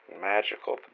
Magical